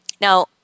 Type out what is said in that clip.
Now